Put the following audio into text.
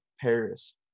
Paris